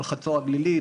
על חצור הגלילית,